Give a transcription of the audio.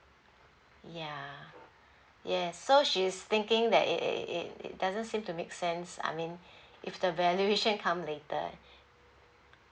ya yes so she's thinking that it it~ it doesn't seem to make sense I mean if the valuation come later